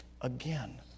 Again